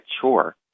chore